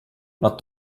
nad